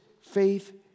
faith